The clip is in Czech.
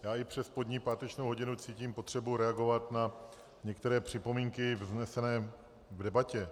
Já i přes pozdní páteční hodinu cítím potřebu reagovat na některé připomínky vznesené v debatě.